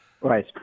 Right